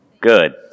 good